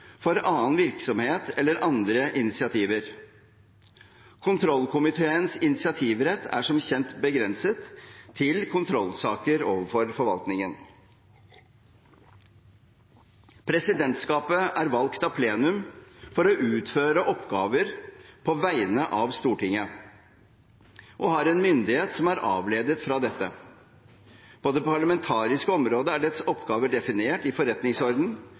for annen virksomhet eller andre initiativ. Kontrollkomiteens initiativrett er som kjent begrenset til kontrollsaker overfor forvaltningen. Presidentskapet er valgt av plenum for å utføre oppgaver på vegne av Stortinget og har en myndighet som er avledet fra dette. På det parlamentariske området er dets oppgaver definert i